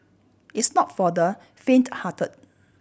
it's not for the fainthearted